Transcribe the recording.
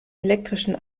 elektrischen